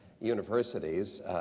universities